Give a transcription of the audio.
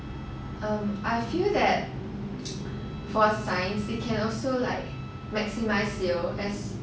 um I feel that for science you can also like maximise your best